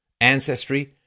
ancestry